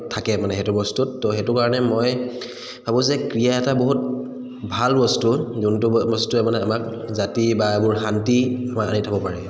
থাকে মানে সেইটো বস্তুত তো সেইটো কাৰণে মই ভাবোঁ যে ক্ৰীড়া এটা বহুত ভাল বস্তু যোনটো বস্তুৱে মানে আমাক জাতি বা এইবোৰ শান্তি আমাৰ আনি থব পাৰে